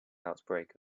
outbreak